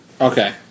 Okay